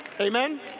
amen